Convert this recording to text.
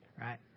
right